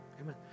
Amen